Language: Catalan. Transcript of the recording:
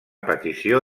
petició